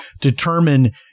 determine –